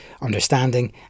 understanding